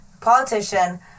Politician